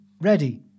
ready